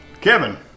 Kevin